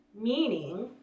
Meaning